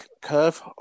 curve